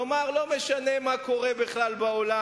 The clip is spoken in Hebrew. כלומר לא משנה מה קורה בכלל בעולם,